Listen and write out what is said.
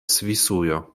svisujo